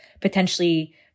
potentially